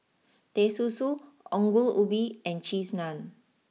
Teh Susu Ongol Ubi and Cheese Naan